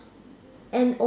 N O